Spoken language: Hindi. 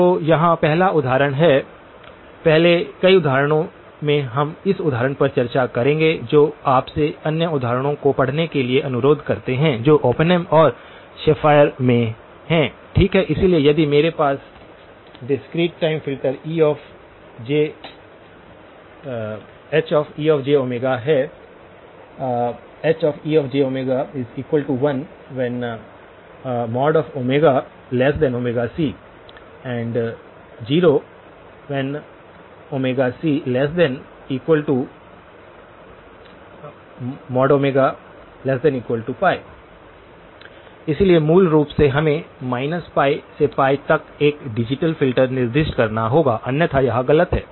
तो यहाँ पहला उदाहरण है पहले कई उदाहरणों में हम इस उदाहरण पर चर्चा करेंगे जो आपसे अन्य उदाहरणों को पढ़ने के लिए अनुरोध करते हैं जो ओपेनहेम और शेफ़र में हैं ठीक है इसलिए यदि मेरे पास डिस्क्रीट टाइम फ़िल्टर Hejωहै Hejω1 c 0 c≤π इसलिए मूल रूप से हमें माइनस पाई से पाई तक एक डिजिटल फिल्टर निर्दिष्ट करना होगा अन्यथा यह गलत है